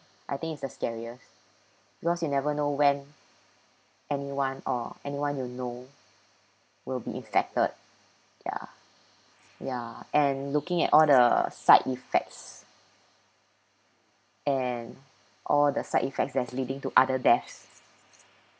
I think it's the scariest because you never know when anyone or anyone you know will be infected ya ya and looking at all the side effects and all the side effects that's leading to other deaths